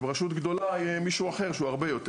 וברשות גדולה יהיה מישהו אחר שהוא הרבה יותר